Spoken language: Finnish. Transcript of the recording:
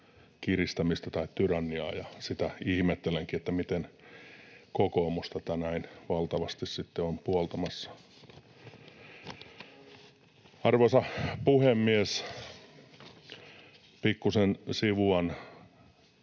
kiristämistä tai tyranniaa, ja ihmettelenkin, miten kokoomus tätä näin valtavasti sitten on puoltamassa. Arvoisa puhemies! Pikkusen sivuan